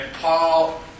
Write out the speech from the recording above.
Paul